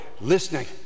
listening